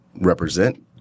represent